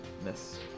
Miss